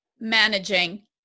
managing